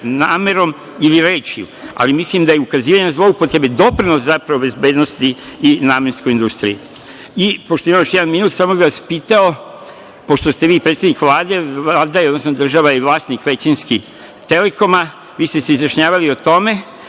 namerom ili rečju, ali mislim da je ukazivanje na zloupotrebe doprinelo, zapravo, bezbednosti i namenskoj industriji. Pošto imam samo još jedan minut, samo bih vas pitao, pošto ste vi predsednik Vlade, Vlada je, odnosno država je vlasnik većinski „Telekoma“, vi ste se izjašnjavali o tome